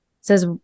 says